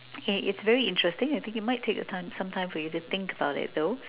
it it's very interesting I think you might take your time some time for you to think about it though